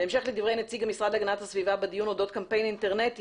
בהמשך לדברי נציג המשרד להגנת הסביבה בדיון אודות קמפיין אינטרנטי